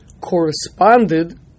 corresponded